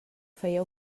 feia